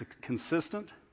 consistent